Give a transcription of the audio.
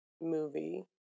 movie